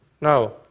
Now